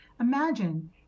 Imagine